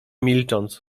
milcząc